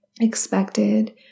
expected